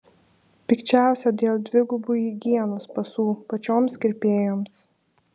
pikčiausia dėl dvigubų higienos pasų pačioms kirpėjoms